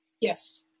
Yes